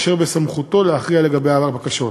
אשר בסמכותו להכריע לגבי הבקשות.